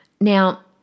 Now